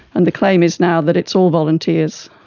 and the claim is now that it's all volunteers.